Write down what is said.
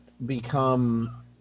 become